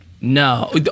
No